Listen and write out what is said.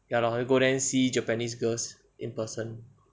ya lor then go there see japanese girls in person